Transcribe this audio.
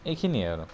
এইখিনিয়েই আৰু